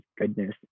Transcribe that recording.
goodness